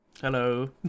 Hello